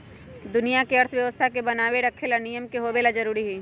दुनिया के अर्थव्यवस्था के बनाये रखे ला नियम के होवे ला जरूरी हई